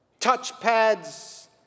touchpads